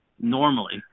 normally